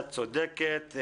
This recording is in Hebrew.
את צודקת.